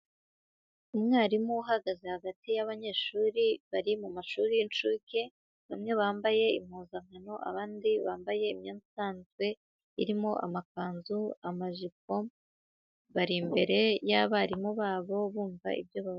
Umwarimu uhagaze hagati y'abanyeshuri bari mu mashuri y'incuke, bamwe bambaye impuzankano abandi bambaye imyenda isanzwe, irimo amakanzu, amajipo, bari imbere y'abarimu babo bumva ibyo baba...